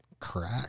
Crack